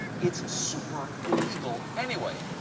it's super illegal anyway.